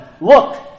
look